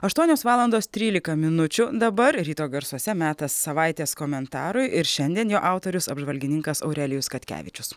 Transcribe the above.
aštuonios valandos trylika minučių dabar ryto garsuose metas savaitės komentarui ir šiandien jo autorius apžvalgininkas aurelijus katkevičius